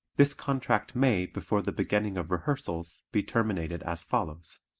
this contract may before the beginning of rehearsals be terminated as follows